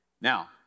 Now